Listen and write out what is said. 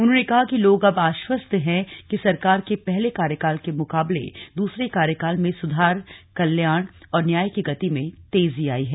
उन्होंने कहा कि लोग अब आश्वस्त हैं कि सरकार के पहले कार्यकाल के मुकाबले दूसरे कार्यकाल में सुधार कल्याकण और न्याय की गति में तेजी आई है